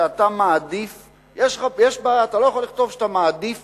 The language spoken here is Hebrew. כי אתה לא יכול לכתוב שאתה מעדיף